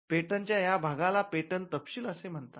patent च्या या भागाला पेटंट तपशील असे म्हणतात